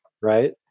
right